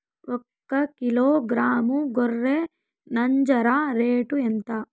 ఒకకిలో గ్రాము గొర్రె నంజర రేటు ఎంత?